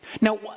Now